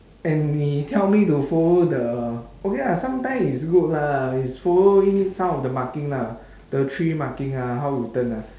and they tell me to follow the okay ah sometime is good lah is following some of the marking lah the three marking ah how you turn ah